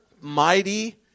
mighty